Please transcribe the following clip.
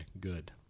good